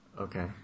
Okay